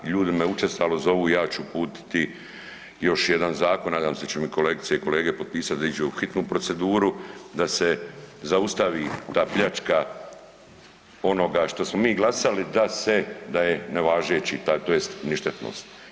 Ljudi me učestalo zovu ja ću uputiti još jedan zakon, nadam se da će mi kolegice i kolege potpisat da iđe u hitnu proceduru, da se zaustavi ta pljačka onoga što smo mi glasali da se, da je nevažeći taj tj. ništetnost.